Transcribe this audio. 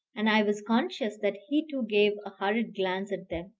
and i was conscious that he too gave a hurried glance at them,